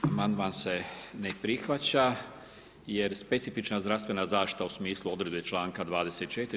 Amandman se ne prihvaća jer specifična zdravstvena zaštita u smislu odredbe članka 24.